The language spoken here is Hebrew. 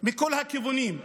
מכל הכיוונים.